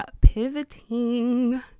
pivoting